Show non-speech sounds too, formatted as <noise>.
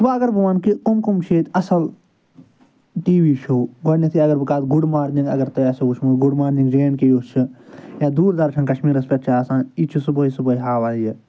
وۄنۍ اَگر بہٕ وَنہٕ کہِ کَم کَم چھِ ییٚتہِ اصٕل ٹی وی شوٚو گۄڈٕنٮ۪تھٕے اَگر بہٕ <unintelligible> گُڈ مارنِنٛگ اَگر تۄہہِ آسیو وٕچھمُت good morning J and K یُس چھِ یا دوٗر درشَن کشمیٖرَس پٮ۪ٹھ چھِ آسان یہِ چھِ صُبحٲے صُبحٲے ہاوان یہِ